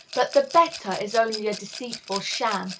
but the better is only a deceitful sham,